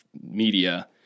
media